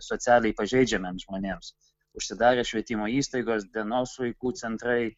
socialiai pažeidžiamiems žmonėms užsidarė švietimo įstaigos dienos vaikų centrai